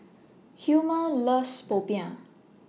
Hilma loves Popiah